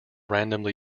randomly